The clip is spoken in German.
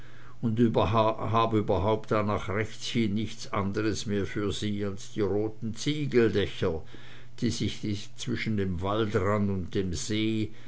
und hab überhaupt da nach rechts hin nichts andres mehr für sie als die roten ziegeldächer die sich zwischen dem waldrand und dem see